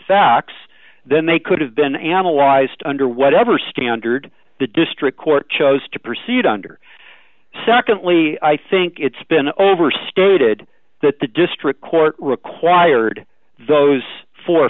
facts then they could have been analyzed under whatever standard the district court chose to proceed under secondly i think it's been overstated that the district court required those four